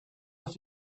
off